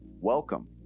welcome